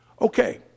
Okay